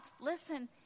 listen